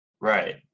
Right